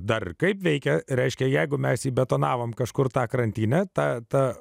dar kaip veikia reiškia jeigu mes betonavome kažkur tą krantinę ta ta